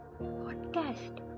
Podcast